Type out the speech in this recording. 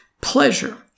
pleasure